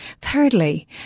thirdly